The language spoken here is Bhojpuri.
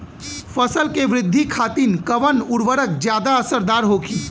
फसल के वृद्धि खातिन कवन उर्वरक ज्यादा असरदार होखि?